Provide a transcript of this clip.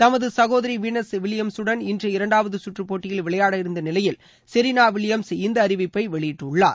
தமது சகோதரி வீனஸ் வில்லியம்சுடன் இன்று இரண்டாவது சுற்று போட்டியில் விளையாட இருந்த நிலையில் செரினா வில்லியம்ஸ் இந்த அறிவிப்பை வெளியிட்டுள்ளார்